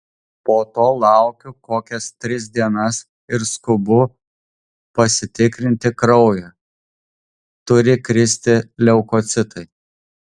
po to laukiu kokias tris dienas ir skubu pasitikrinti kraują turi kristi leukocitai